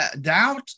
doubt